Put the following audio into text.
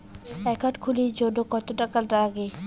Account খুলির জন্যে কত টাকা নাগে?